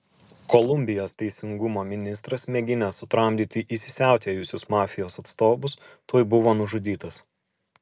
kolumbijos teisingumo ministras mėginęs sutramdyti įsisiautėjusius mafijos atstovus tuoj buvo nužudytas